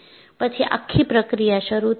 પછી આખી પ્રક્રિયા શરૂ થાય છે